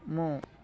ମୁଁ